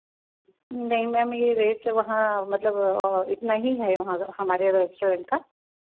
नहीं मैम यह रेट वहाँ मतलब इतना ही हैं वहाँ हमारे रेस्टोरेंट का